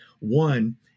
One